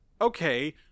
okay